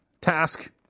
task